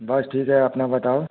बस ठीक है अपना बताओ